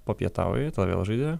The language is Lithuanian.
papietauji tada vėl žaidi